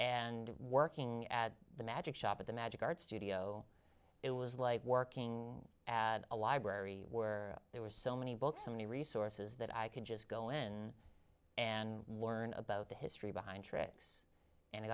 and working at the magic shop at the magic art studio it was like working at a library where there were so many books so many resources that i could just go in and learn about the history behind tricks and i